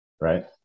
right